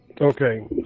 okay